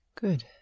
Good